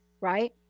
Right